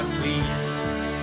please